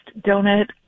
donut